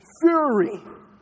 fury